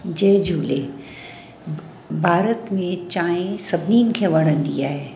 जय झूले भारत में चांहि सभिनीनि खे वणंदी आहे